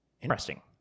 Interesting